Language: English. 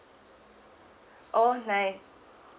oh nine